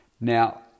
Now